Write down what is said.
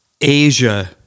Asia